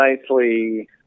nicely